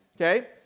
okay